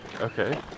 Okay